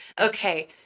Okay